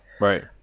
Right